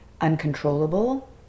uncontrollable